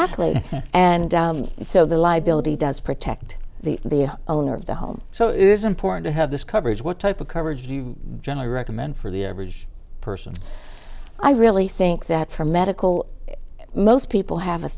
y and so the liability does protect the owner of the home so it is important to have this coverage what type of coverage do you generally recommend for the average person i really think that for medical most people have a